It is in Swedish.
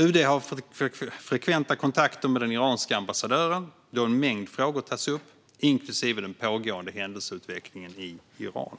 UD har frekventa kontakter med den iranska ambassadören då en mängd frågor tas upp, inklusive den pågående händelseutvecklingen i Iran.